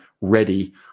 ready